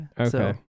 Okay